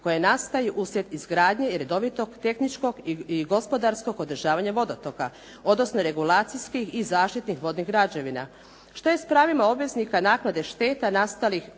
koje nastaju uslijed izgradnje i redovitog tehničkog i gospodarskog održavanja vodotoka, odnosno regulacijskih i zaštitnih vodnih građevina. Što je s pravima obveznika naknade šteta nastalih